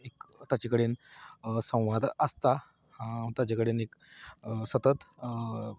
एक ताचे कडेन संवाद आसता हांव ताचे कडेन एक सतत